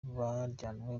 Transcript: bajyanwe